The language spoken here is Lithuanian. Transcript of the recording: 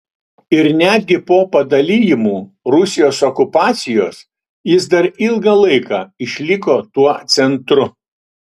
ir netgi po padalijimų rusijos okupacijos jis dar ilgą laiką išliko tuo centru